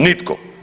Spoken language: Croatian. Nitko.